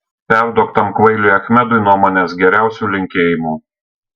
perduok tam kvailiui achmedui nuo manęs geriausių linkėjimų